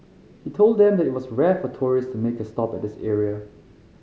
he told them that it was rare for tourists to make a stop at this area